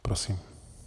Prosím.